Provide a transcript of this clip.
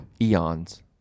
Eons